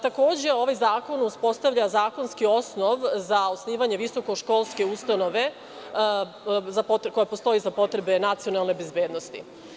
Takođe, ovaj zakon uspostavlja zakonski osnov za osnivanje visokoškolske ustanove koja postoji za potrebe nacionalne bezbednosti.